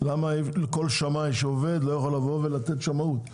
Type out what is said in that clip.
למה לא כל שמאי שעובד לא יכול לבוא ולתת שמאות?